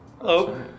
Hello